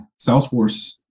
Salesforce